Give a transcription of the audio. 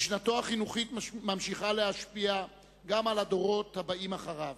משנתו החינוכית ממשיכה להשפיע גם על הדורות הבאים אחריו.